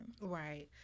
Right